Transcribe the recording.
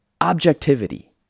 objectivity